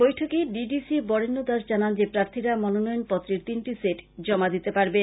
বৈঠকে D D C Barenya Das জানান যে প্রার্থীরা মনোনয়নপত্রের তিনটি সেট জমা দিতে পারবেন